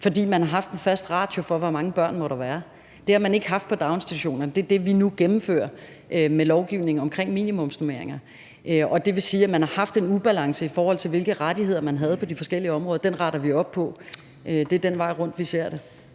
fordi man har haft en fast ratio for, hvor mange børn der må være. Det har man ikke haft i daginstitutionerne. Det er det, vi nu gennemfører med lovgivningen omkring minimumsnormeringer. Det vil sige, at man har haft en ubalance, i forhold til hvilke rettigheder man havde på de forskellige områder. Den retter vi op på. Det er den vej rundt, vi ser det.